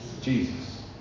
Jesus